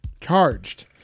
charged